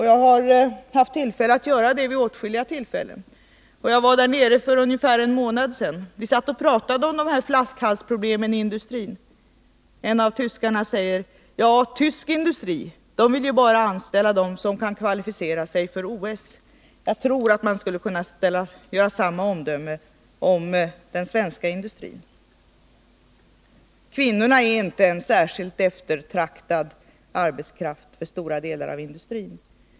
Jag har haft tillfälle att göra det åtskilliga gånger. Jag var i Vär tyskland för ungefär en månad sedan, och då pratade vi om dessa flaskhalsproblem i industrin. En av tyskarna sade: Ja, tysk industri vill bara anställa dem som kan kvalificera sig för OS. Jag tror att man skulle kunna fälla samma omdöme om den svenska industrin. Kvinnorna är inte särskilt eftertraktad arbetskraft för stora delar av industrin.